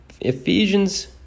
Ephesians